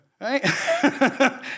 right